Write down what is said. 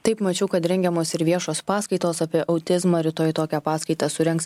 taip mačiau kad rengiamos ir viešos paskaitos apie autizmą rytoj tokią paskaitą surengs